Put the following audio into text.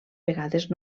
vegades